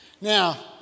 Now